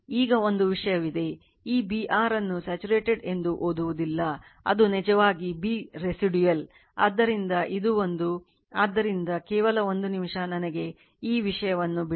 ಈಗ ಒಂದು ವಿಷಯವಿದೆ ಈ B r ಅದನ್ನು satuarted ಎಂದು ಓದುವುದಿಲ್ಲ ಅದು ನಿಜವಾಗಿ B residual ಆದ್ದರಿಂದ ಇದು ಒಂದು ಆದ್ದರಿಂದ ಕೇವಲ 1 ನಿಮಿಷ ನನಗೆ ಈ ವಿಷಯವನ್ನು ಬಿಡಿ